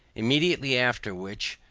immediately after which,